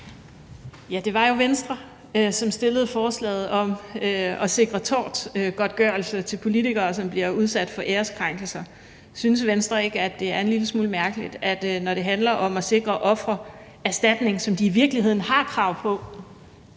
Det var jo Venstre, som fremsatte forslaget om at sikre tortgodtgørelse til politikere, som bliver udsat for æreskrænkelser. Synes Venstre ikke, at det er en lille smule mærkeligt, at det, når det handler om at sikre ofre erstatning, som de i virkeligheden har krav på,